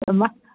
ओहिमे